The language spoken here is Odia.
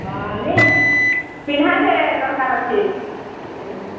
ହଁ ନି ପିଣ୍ଡାକେ ଦରକାର୍ ଅଛି